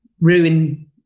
ruin